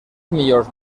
millors